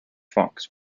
fox